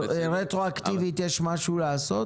רטרואקטיבית, יש משהו לעשות